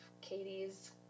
Katie's